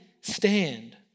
stand